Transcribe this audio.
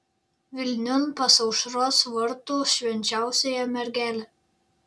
vilniun pas aušros vartų švenčiausiąją mergelę